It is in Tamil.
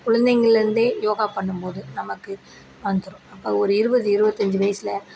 குழந்தைகலேருந்து யோகா பண்ணும் போது நமக்கு அந்த ஒரு இருபது இருபதஞ்சி வயிதில்